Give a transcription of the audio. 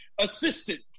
assistant